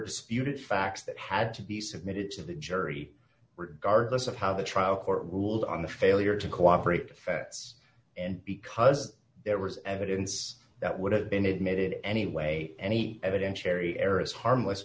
disputed facts that had to be submitted to the jury regardless of how the trial court ruled on the failure to cooperate defects and because there was evidence that would have been admitted anyway any evidentiary error is harmless